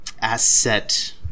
asset